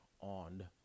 on